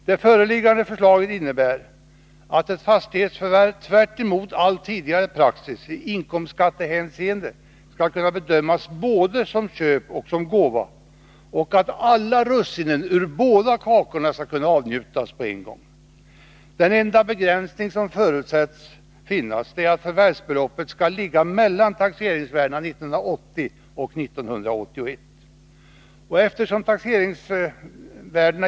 Det föreliggande förslaget innebär att ett fastighetsförvärv tvärtemot all tidigare praxis i inkomstskattehänseende skall kunna bedömas både som köp och som gåva och att alla russinen ur båda kakorna skall kunna avnjutas på en gång. Den enda begränsning som förutsätts finnas är att förvärvsbeloppet skall ligga mellan 1980 och 1981 års taxeringsvärden.